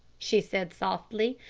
she said softly.